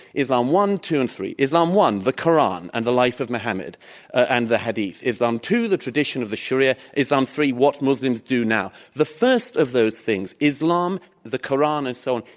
islam one, two, and three. islam one, the koran and the life of mohammad and the hadith. islam two, the tradition of the sharia. islam three, what muslims do now. the first of those things, islam, the koran and so on,